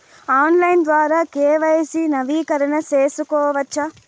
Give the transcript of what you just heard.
Online ద్వారా KYC నవీకరణ సేసుకోవచ్చా?